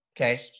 Okay